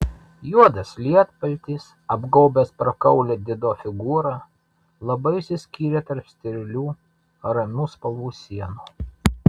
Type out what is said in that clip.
juodas lietpaltis apgaubęs prakaulią dido figūrą labai išsiskyrė tarp sterilių ramių spalvų sienų